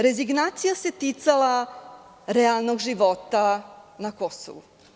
Rezignacija se ticala realnog života na Kosovu.